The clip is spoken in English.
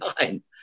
nine